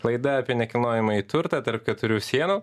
laida apie nekilnojamąjį turtą tarp keturių sienų